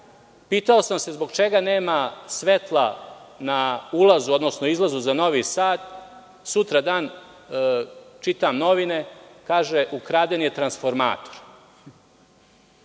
pitao sam se zbog čega nema svetla na ulazu, odnosno na izlazu za Novi Sad. Sutradan čitam novine i piše: ukraden je transformator.